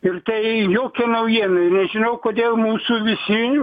ir tai jokia naujiena nežinau kodėl mūsų visi